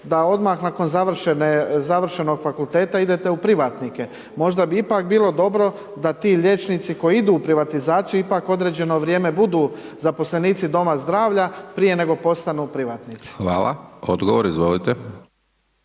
da odmah nakon završenog fakulteta idete u privatnike. Možda bi ipak bilo dobro da ti liječnici koji idu u privatizaciju ipak određeno vrijeme budu zaposlenici doma zdravlja prije nego postanu privatnici. **Hajdaš Dončić,